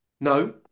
No